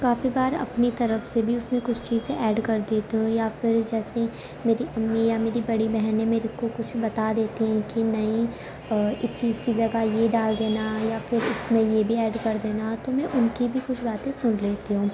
کافی بار اپنی طرف سے بھی اس میں کچھ چیزیں ایڈ کر دیتی ہوں یا پھر جیسے میری امی یا میری بڑی بہن ہے میرے کو کچھ بتا دیتی ہیں کہ نہیں اس چیز کی جگہ یہ ڈال دینا یا پھر اس میں یہ بھی ایڈ کر دینا تو میں ان کی بھی کچھ باتیں سن لیتی ہوں